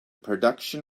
production